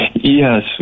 Yes